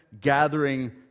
gathering